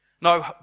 No